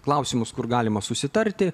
klausimus kur galima susitarti